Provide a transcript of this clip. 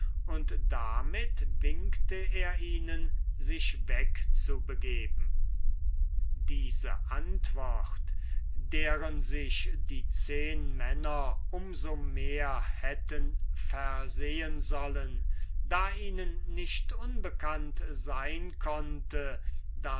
und damit winkte er ihnen sich wegzubegeben diese antwort deren sich die zehnmänner um so mehr hätten versehen sollen da ihnen nicht unbekannt sein konnte